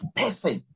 person